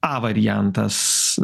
a variantas